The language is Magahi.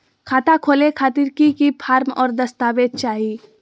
खाता खोले खातिर की की फॉर्म और दस्तावेज चाही?